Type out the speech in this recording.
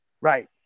Right